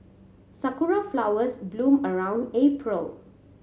sakura flowers bloom around April